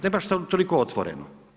Ne baš toliko otvoreno.